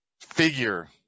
figure